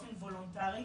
באופן וולונטרי,